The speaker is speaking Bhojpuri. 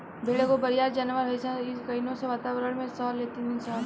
भेड़ एगो बरियार जानवर हइसन इ कइसनो वातावारण के सह लेली सन